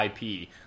IP